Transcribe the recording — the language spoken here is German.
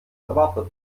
erwartet